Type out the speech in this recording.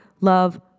love